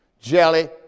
jelly